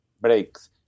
breaks